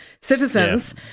citizens